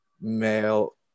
male